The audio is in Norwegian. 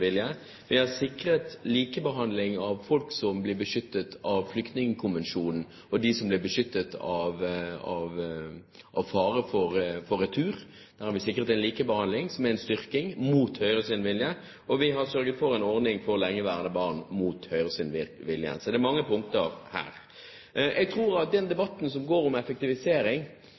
sikret likebehandling av folk som blir beskyttet av flyktningkonvensjonen, og av dem som blir beskyttet av fare for retur. Der har vi sikret en likebehandling, som er en styrking – mot Høyres vilje. Og vi har sørget for en ordning for lengeværende barn – mot Høyres vilje. Så det er mange punkter her. Jeg tror at på det som går på effektivisering,